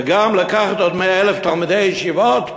וגם לקחת עוד 100,000 תלמידי ישיבות,